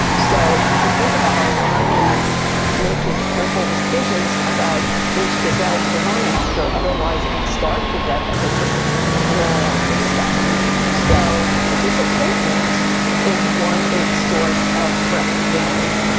so you could think about a lion is making careful decisions about which gazelle to run after. otherwise, it would starve to death if it just ran after stuff so, disappointment is one big source of threatened feelings,